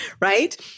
Right